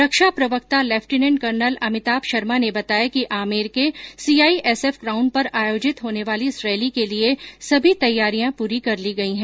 रक्षा प्रवक्ता lieutenant colonel Amitabh Sharma ने बताया कि आमेर के सीआईएसएफ ग्राउण्ड पर आयोजित होने वाली इस रैली के लिये सभी तैयारियां पूरी कर ली गई हैं